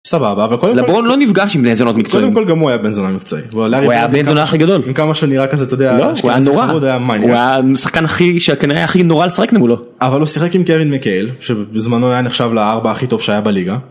סבבה אבל קודם כל לברון לא נפגש עם בני זונות מקצועי, קודם כל גן הוא היה בן זונה מקצועי, הוא היה הבן זונה הכי גדול עם כמה שהוא נראה, לא הוא היה נורא, כזה אתה יודע הוא היה משחקן הכי שכנראה הכי נורא לשחק מולו אבל הוא שיחק עם קווין מקל שבזמנו היה נחשב לארבע הכי טוב שהיה בליגה.